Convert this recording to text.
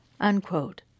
unquote